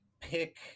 pick